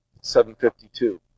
752